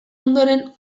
ondoren